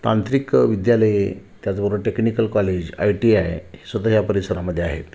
तांत्रिक विद्यालये त्याचबरोबर technical college I T I स्वत च्या परिसरामध्ये आहेत